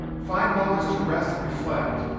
find moments to rest and reflect.